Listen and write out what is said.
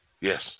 Yes